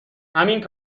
همین